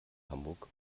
hamburg